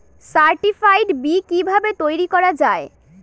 Certified বি কিভাবে তৈরি করা যায়?